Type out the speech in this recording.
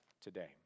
today